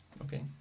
Okay